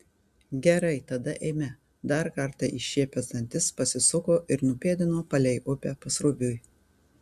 gerai tada eime dar kartą iššiepęs dantis pasisuko ir nupėdino palei upę pasroviui